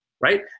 right